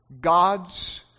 God's